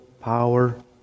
power